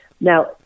Now